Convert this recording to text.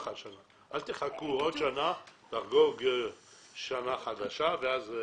תחכו עוד שנה לחגוג שנה חדשה ואז זה